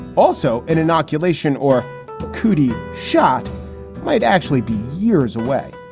also in innoculation or cootie shot might actually be years away.